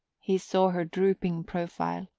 he saw her drooping profile,